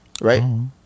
right